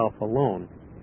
alone